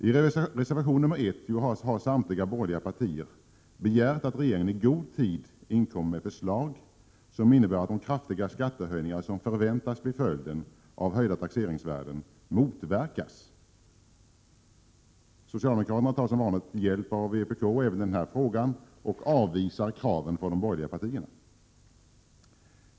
I reservation nr 1 har samtliga borgerliga partier begärt att regeringen i god tid skall inkomma med förslag, som innebär att de kraftiga skattehöjningar som förväntas bli följden av höjda taxeringsvärden motverkas. Socialdemokraterna har som vanligt tagit hjälp av vpk i denna fråga och avvisar kraven från de borgerliga partierna.